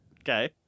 Okay